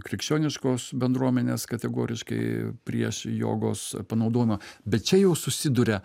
krikščioniškos bendruomenės kategoriškai prieš jogos panaudojimą bet čia jau susiduria